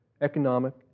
economic